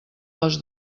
les